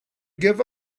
give